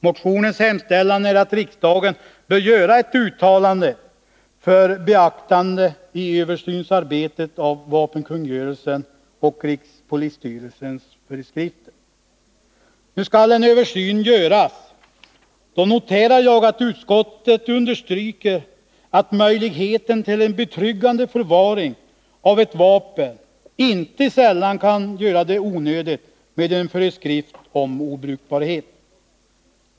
Motionens hemställan är att riksdagen bör göra ett uttalande för beaktande i översynsarbetet av vapenkungörelsen och rikspolisstyrelsens föreskrifter. Nu skall en översyn göras. Då noterar jag att utskottet understryker att möjligheten till en betryggande förvaring av ett vapen inte sällan kan göra det onödigt med en föreskrift om obrukbarhet.